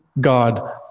God